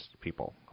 people